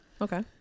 okay